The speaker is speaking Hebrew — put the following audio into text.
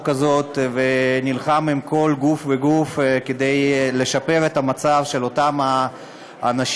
הזאת ונלחם עם כל גוף וגוף כדי לשפר את המצב של אותם האנשים,